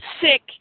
Sick